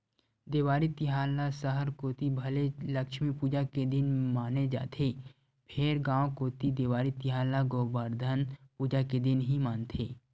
देवारी तिहार ल सहर कोती भले लक्छमी पूजा के दिन माने जाथे फेर गांव कोती देवारी तिहार ल गोबरधन पूजा के दिन ही मानथे